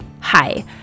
Hi